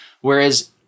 Whereas